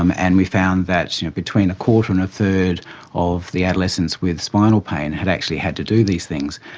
um and we found that you know between a quarter and a third of the adolescents with spinal pain had actually had to do these things.